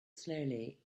slowly